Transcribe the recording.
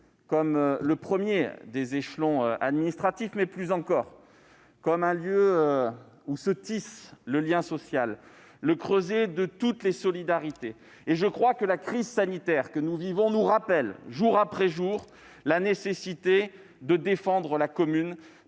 comme le premier des échelons administratifs, mais plus encore comme un lieu où se tisse le lien social, comme le creuset de toutes les solidarités. La crise sanitaire que nous vivons nous rappelle, jour après jour, la nécessité de défendre la commune.